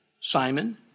Simon